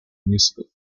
musical